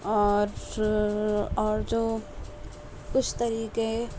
اور اور جو کچھ طریقے